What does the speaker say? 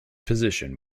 position